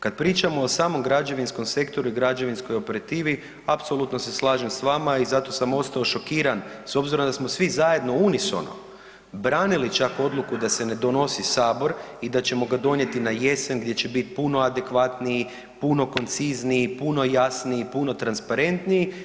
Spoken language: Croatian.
Kad pričamo o samom građevinskom sektoru i građevinskoj operativi, apsolutno se slažem s vama i zato sam ostao šokiran s obzirom da smo svi zajedno unisono branili čak odluku da se ne donosi Sabor i da ćemo ga donijeti na jesen gdje će biti puno adekvatniji, puno koncizniji i puno jasniji puno transparentniji.